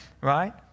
Right